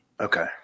Okay